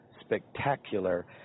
spectacular